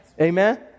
Amen